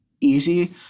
easy